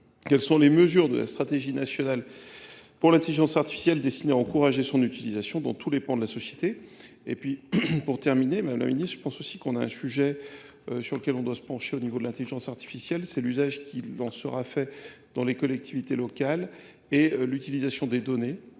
Quelles sont les mesures de la stratégie nationale pour l'intelligence artificielle destinée à encourager son utilisation dans tous les pans de la société ?